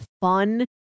fun